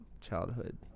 childhood